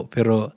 Pero